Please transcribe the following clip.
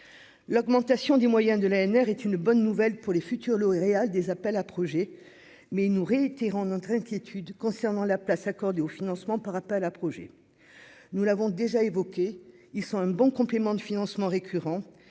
L'augmentation des moyens de l'ANR est une bonne nouvelle pour les futurs lauréats des appels à projets. Nous réitérons toutefois notre inquiétude concernant la place accordée aux financements par appels à projets : nous l'avons dit, s'ils constituent de bons compléments des financements récurrents,